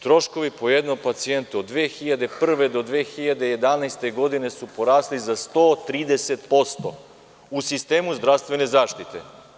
Troškovi po jednom pacijentu od 2001. do 2011. godine su porasli za 130% u sistemu zdravstvene zaštite.